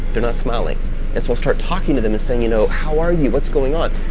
they're not smiling and so i'll start talking to them saying, you know, how are you? what's going on?